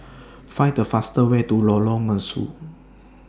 Find The fastest Way to Lorong Mesu